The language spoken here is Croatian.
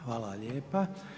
Hvala lijepa.